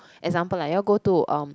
example like you all go to um